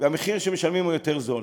והמחיר שמשלמים הוא יותר נמוך,